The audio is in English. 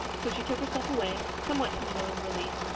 so she took herself away, somewhat to marilla's relief,